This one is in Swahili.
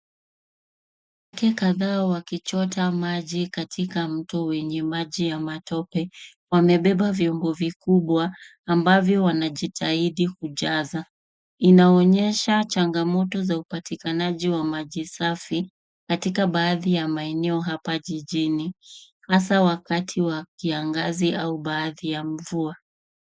Wanawake kadhaa wakichota maji katika mto wenye maji ya matope, wamebeba vyombo vikubwa ambavyo wanajitahidi kujaza. Inaonyesha changamoto ya upaikanaji wa maji safi katika baadhi ya maeneo hapa jijini, hasa wakati wa kiangazi au baada ya mvua.